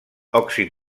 òxid